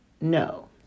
no